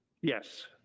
yes